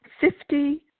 Fifty